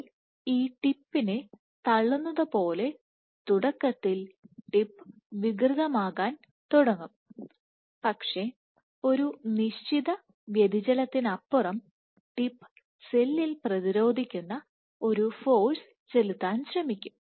cell ഈ ടിപ്പിനെ തള്ളുന്നത് പോലെ തുടക്കത്തിൽ ടിപ്പ് വികൃതമാക്കാൻ തുടങ്ങും പക്ഷേ ഒരു നിശ്ചിത വ്യതിചലനത്തിനപ്പുറം ടിപ്പ് സെല്ലിൽ പ്രതിരോധിക്കുന്ന ഒരു ഫോഴ്സ് ചെലുത്താൻ ശ്രമിക്കും